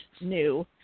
new